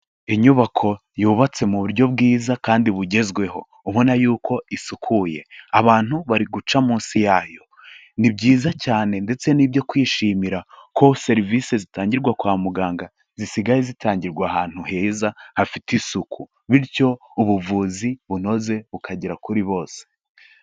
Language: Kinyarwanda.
Inyubako yubatse mu buryo bwiza kandi bugezweho, ubona yuko isukuye. Abantu bari guca munsi yayo. Ni byiza cyane ndetse n'ibyo kwishimira ko serivisi zitangirwa kwa muganga zisigaye zitangirwa ahantu heza hafite isuku, bityo ubuvuzi bunoze bukagera kuri bose.